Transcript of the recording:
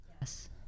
Yes